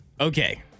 Okay